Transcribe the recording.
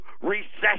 recession